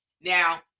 Now